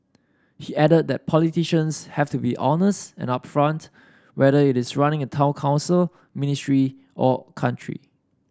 he added that politicians have to be honest and upfront whether it is running a town council ministry or country